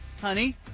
honey